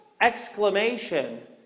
exclamation